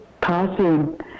passing